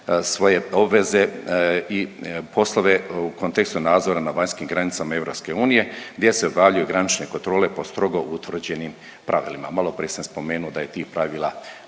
svoje obveze i poslove u kontekstu nadzora na vanjskim granicama EU gdje se obavljaju granične kontrole po strogo utvrđenim pravilima. Maloprije sam spomenuo da je tih pravila